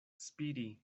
spiri